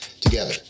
Together